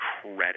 credit